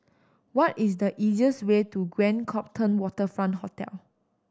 what is the easiest way to Grand Copthorne Waterfront Hotel